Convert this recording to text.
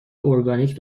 اورگانیک